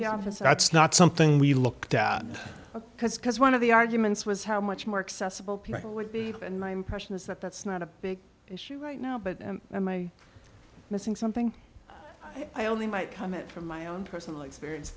hours that's not something we looked at because because one of the arguments was how much more accessible people would be and my impression is that that's not a big issue right now but am i missing something i only might come it from my own personal experience